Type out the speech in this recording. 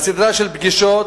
בסדרה של פגישות,